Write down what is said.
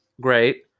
great